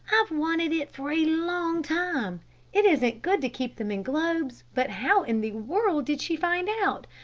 i've wanted it for a long time it isn't good to keep them in globes but how in the world did she find out?